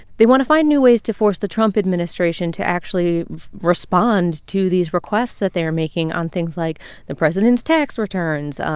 they want to find new ways to force the trump administration to actually respond to these requests that they are making on things like the president's tax returns,